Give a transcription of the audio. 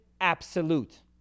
absolute